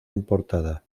importada